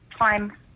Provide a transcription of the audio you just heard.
time